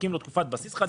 בודקים לו תקופת בסיס חדשה.